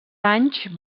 anys